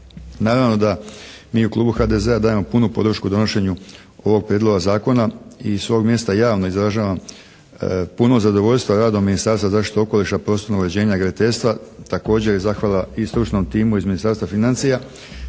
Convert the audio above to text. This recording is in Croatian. Naravno da mi u Klubu HDZ-a dajemo punu podršku donošenju ovog Prijedloga zakona i s ovog mjesta javno izražavam puno zadovoljstva radom Ministarstva zaštite okoliša, prostornog uređenja i graditeljstva. Također zahvala i stručnom timu iz Ministarstva financija